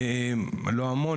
לא המון,